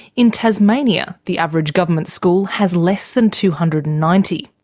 in tasmania, the average government school has less than two hundred and ninety.